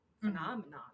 Phenomenon